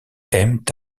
aiment